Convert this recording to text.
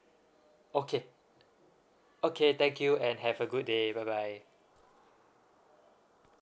okay okay thank you and have a good day bye bye